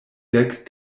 dek